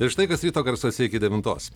ir štai kas ryto garsuose iki devintos